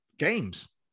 games